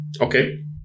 okay